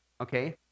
okay